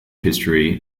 history